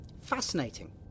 Fascinating